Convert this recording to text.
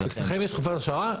אצלכם יש תקופת אכשרה?